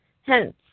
Hence